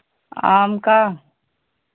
आम का